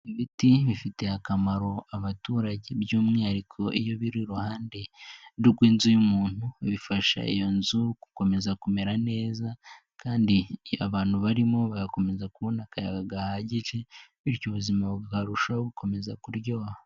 Ibiti bifitiye akamaro abaturage by'umwihariko iyo biri iruhande rw'inzu y'umuntu, bifasha iyo nzu gukomeza kumera neza kandi abantu barimo bagakomeza kubona akayaga gahagije bityo ubuzima bukarushaho gukomeza kuryoha.